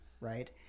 right